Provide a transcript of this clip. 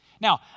Now